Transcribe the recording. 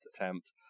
attempt